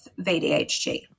VDHG